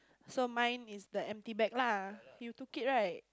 so mine is the empty bag lah you took it right